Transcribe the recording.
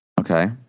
Okay